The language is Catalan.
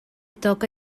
toca